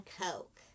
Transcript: coke